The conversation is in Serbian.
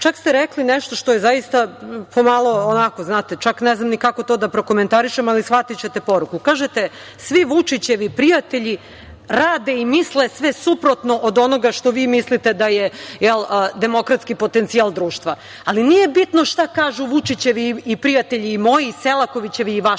Čak ste rekli nešto što je zaista, pomalo onako, znate, čak ne znam ni kako to da prokomentarišem, ali shvatićete poruku. Kažete – svi Vučićevi prijatelji rade i misle sve suprotno od onoga što vi mislite da je demokratski potencijal društva. Nije bitno šta kažu Vučićevi prijatelji i moji i Selakovićevi i vaši,